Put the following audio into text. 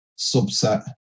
subset